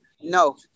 no